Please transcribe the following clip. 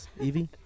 Evie